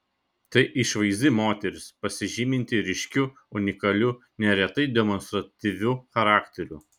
tai išvaizdi moteris pasižyminti ryškiu unikaliu neretai demonstratyviu charakteriu